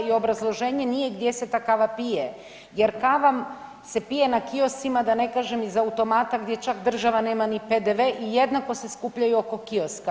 I obrazloženje nije gdje se ta kava pije jer kava se pije na koscima da ne kažem iz automata gdje čak država nema ni PDV i jednako se skupljaju oko kioska.